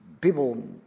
People